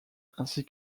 ainsi